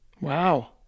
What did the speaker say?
Wow